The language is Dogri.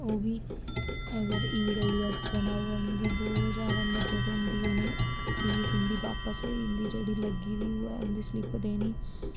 ओह् बी अगर ई डब्लयु एस बना होऐ उं'दी बोहत ज्यादा मदद होंदी उनें ई फीस उं'दी बापस होई जंदी जेह्ड़ी लग्गी दी होऐ उं'दी स्लिप देनी